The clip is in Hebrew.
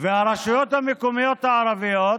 והרשויות המקומיות הערביות,